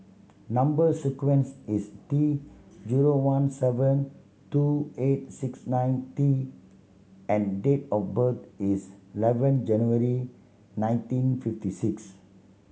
number sequence is T zero one seven two eight six nine T and date of birth is eleven January nineteen fifty six